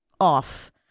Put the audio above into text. off